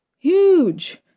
Huge